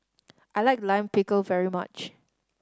I like Lime Pickle very much